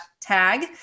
tag